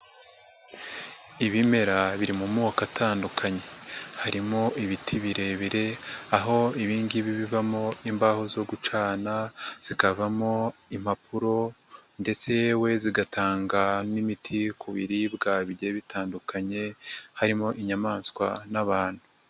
Ibimera biri mu moko atandukanye. Harimo ibiti birebire, aho ibgibi bibamo imbaho zo gucana zikavamo impapuro ndetse yewe zigatanga n'imiti ku biribwa bigiye bitandukanye, harimo inyamaswa n'abantu.